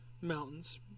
mountains